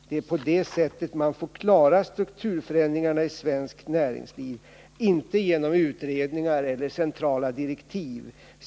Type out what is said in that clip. Det är på det sättet vi får klara strukturförändringarna i svenskt näringsliv, inte genom utredningar och centrala direktiv.